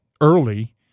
early